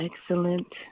excellent